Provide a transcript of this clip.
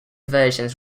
versions